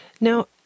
Now